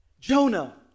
Jonah